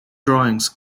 drawings